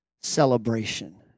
celebration